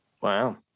wow